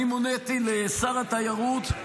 אני מוניתי לשר התיירות,